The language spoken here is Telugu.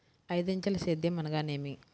ఐదంచెల సేద్యం అనగా నేమి?